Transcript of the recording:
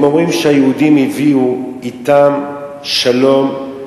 הם אומרים שהיהודים הביאו אתם שלום,